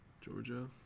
Georgia